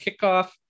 kickoff